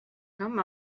come